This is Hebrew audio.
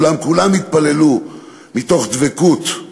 אולם כולם התפללו מתוך דבקות.